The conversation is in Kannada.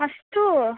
ಅಷ್ಟೂ